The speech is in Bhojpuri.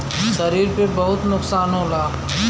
शरीर पे बहुत नुकसान होला